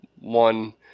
One